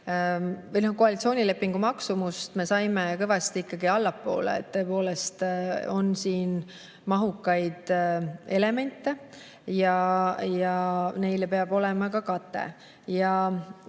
Koalitsioonilepingu maksumust me saime kõvasti allapoole. Tõepoolest on siin mahukaid elemente ja neile peab olema ka kate.